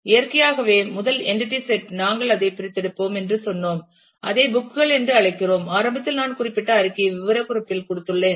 இயற்கையாகவே முதல் entity set நாங்கள் அதைப் பிரித்தெடுப்போம் என்று சொன்னோம் அதை புக் கள் என்று அழைக்கிறோம் ஆரம்பத்தில் நான் குறிப்பிட்ட அறிக்கையை விவரக்குறிப்பில் கொடுத்துள்ளேன்